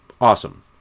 awesome